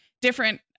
different